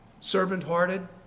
servant-hearted